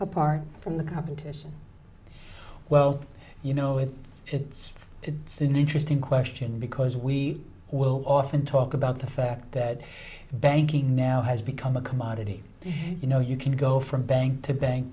rt from the competition well you know it it's it's an interesting question because we will often talk about the fact that banking now has become a commodity you know you can go from bank to bank